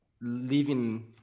living